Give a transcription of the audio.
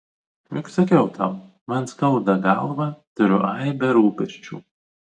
juk sakiau tau man skauda galvą turiu aibę rūpesčių